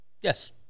Yes